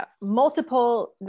multiple